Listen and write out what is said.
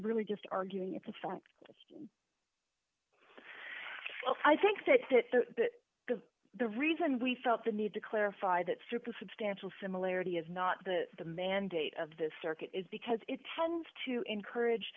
really just arguing it's a fact i think that the reason we felt the need to clarify that strip a substantial similarity is not the the mandate of the circuit is because it tends to encourage